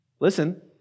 listen